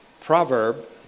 proverb